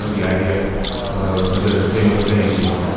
ah the idea ah you know there's a famous saying, you know.